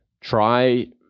try